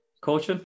Coaching